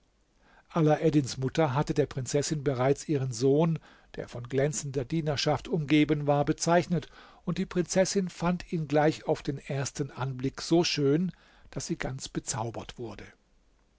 alaeddins mutter hatte der prinzessin bereits ihren sohn der von glänzender dienerschaft umgeben war bezeichnet und die prinzessin fand ihn gleich auf den ersten anblick so schön daß sie ganz bezaubert wurde